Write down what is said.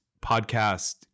podcast